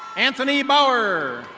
anthony bower.